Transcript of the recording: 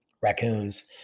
Raccoons